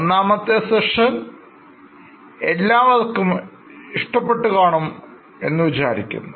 ഒന്നാമത്തെ സെക്ഷൻ എല്ലാവർക്കും ഇഷ്ടപ്പെട്ടു കാണും എന്നു വിചാരിക്കുന്നു